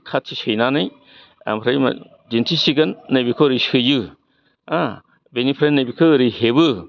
खाथि सैनानै आमफ्राय मा दिन्थिसिगोन नैबेखौ ओरै सैयो बेनिफ्राय नैबैखौ ओरै हेबो